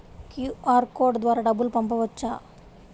QR code ద్వారా డబ్బులు పంపవచ్చా?